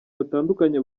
batandukanye